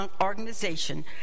organization